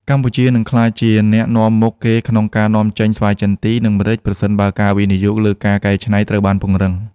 កម្ពុជានឹងក្លាយជាអ្នកនាំមុខគេក្នុងការនាំចេញស្វាយចន្ទី និងម្រេច ប្រសិនបើការវិនិយោគលើការកែច្នៃត្រូវបានពង្រឹង។